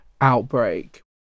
outbreak